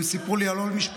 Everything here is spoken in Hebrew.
הם סיפרו לי על עוד משפחות,